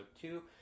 two